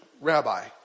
rabbi